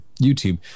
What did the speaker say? YouTube